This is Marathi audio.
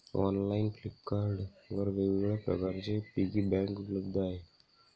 ऑनलाइन फ्लिपकार्ट वर वेगवेगळ्या प्रकारचे पिगी बँक उपलब्ध आहेत